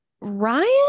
Ryan